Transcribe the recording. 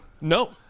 No